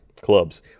clubs